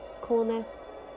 coolness